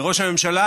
וראש הממשלה?